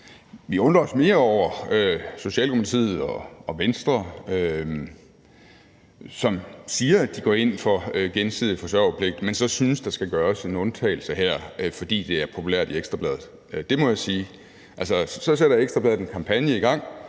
Vi undrer os mere over Socialdemokratiet og Venstre, som siger, at de går ind for gensidig forsørgerpligt, men så synes, at der skal gøres en undtagelse her, fordi det er populært i Ekstra Bladet – det må jeg sige. Så sætter Ekstra Bladet en kampagne i gang,